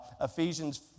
Ephesians